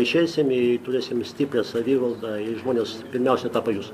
išeisim ir turėsim stiprią savivaldą ir žmonės pirmiausia tą pajus